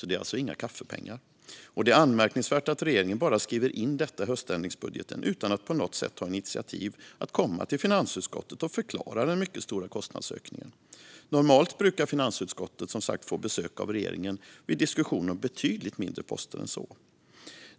Det är alltså inga kaffepengar. Det är anmärkningsvärt att regeringen bara skriver in detta i höständringsbudgeten utan att på något sätt ta initiativ till att komma till finansutskottet och förklara den mycket stora kostnadsökningen. Normalt brukar finansutskottet, som sagt, få besök av regeringen vid diskussion om betydligt mindre poster än så.